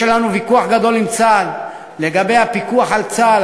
יש לנו ויכוח גדול מאוד עם צה"ל לגבי הפיקוח על צה"ל,